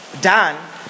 done